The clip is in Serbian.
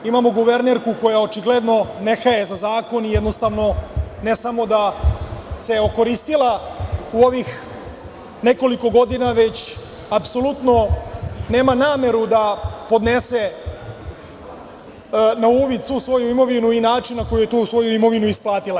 Imamo guvernerku koja očigledno nehaje za zakon i jednostavno ne samo da se okoristila u ovih nekoliko godina, već i apsolutno nema nameru da podnese na uvid svu svoju imovinu i način na koji je tu svoju imovinu isplatila.